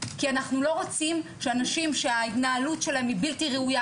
כי אנחנו לא רוצים שאנשים שההתנהלות שלהם היא בלתי ראויה,